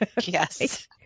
Yes